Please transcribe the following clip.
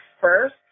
first